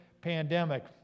pandemic